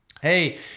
Hey